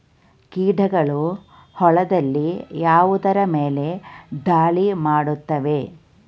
ಕೀಟಗಳು ಹೊಲದಲ್ಲಿ ಯಾವುದರ ಮೇಲೆ ಧಾಳಿ ಮಾಡುತ್ತವೆ?